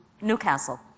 Newcastle